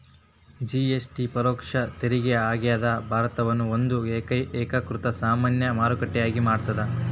GST ಪರೋಕ್ಷ ತೆರಿಗೆ ಆಗ್ಯಾದ ಭಾರತವನ್ನ ಒಂದ ಏಕೇಕೃತ ಸಾಮಾನ್ಯ ಮಾರುಕಟ್ಟೆಯಾಗಿ ಮಾಡತ್ತ